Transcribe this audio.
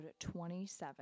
27